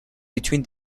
between